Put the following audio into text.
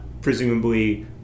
presumably